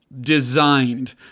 designed